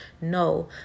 No